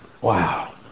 Wow